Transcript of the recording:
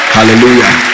Hallelujah